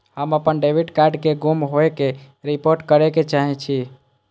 हम अपन debit card के गुम होय के रिपोर्ट करे के चाहि छी